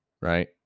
Right